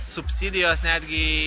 subsidijos netgi